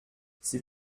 c’est